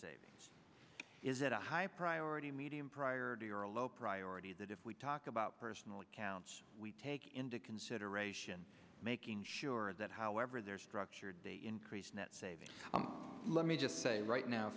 savings is it a high priority medium prior to or a low priority that if we talk about personal accounts we take into consideration making sure that however they're structured they increase net savings let me just say right now